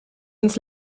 ins